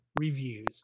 reviews